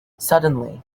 suddenly